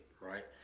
right